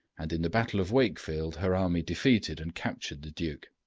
and in the battle of wakefield her army defeated and captured the duke.